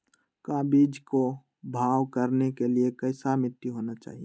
का बीज को भाव करने के लिए कैसा मिट्टी होना चाहिए?